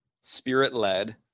spirit-led